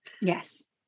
Yes